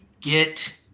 get